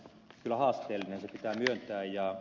se pitää myöntää